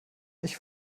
ich